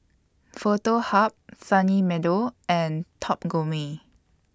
Foto Hub Sunny Meadow and Top Gourmet